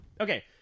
Okay